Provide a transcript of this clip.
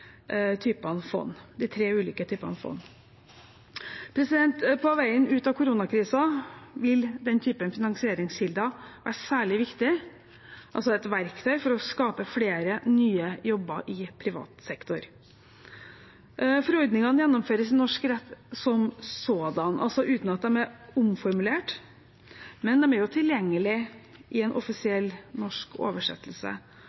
fond. På veien ut av koronakrisen vil den typen finansieringskilder være et særlig viktig verktøy for å skape flere nye jobber i privat sektor. Forordningene gjennomføres i norsk rett som sådan, altså uten at de er omformulert, men de er tilgjengelige i en